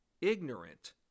Ignorant